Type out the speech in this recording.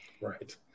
right